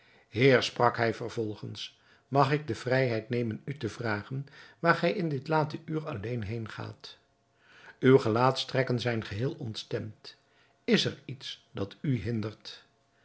heer sprak hij vervolgens mag ik de vrijheid nemen u te vragen waar gij in dit late uur alleen heen gaat uwe gelaatstrekken zijn geheel ontstemd is er iets dat u hindert